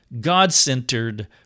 God-centered